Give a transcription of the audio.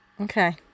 Okay